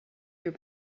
your